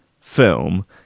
film